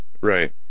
Right